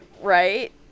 Right